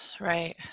Right